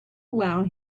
allow